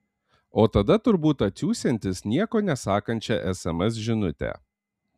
o tada turbūt atsiųsiantis nieko nesakančią sms žinutę